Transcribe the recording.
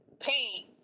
pain